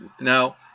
Now